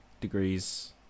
degrees